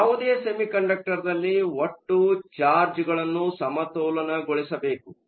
ಯಾವುದೇ ಸೆಮಿಕಂಡಕ್ಟರ್ದಲ್ಲಿ ಒಟ್ಟು ಚಾರ್ಜ್ಗಳನ್ನು ಸಮತೋಲನಗೊಳಿಸಬೇಕು